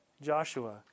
Joshua